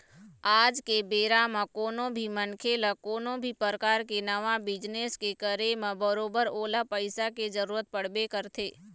आज के बेरा म कोनो भी मनखे ल कोनो भी परकार के नवा बिजनेस के करे म बरोबर ओला पइसा के जरुरत पड़बे करथे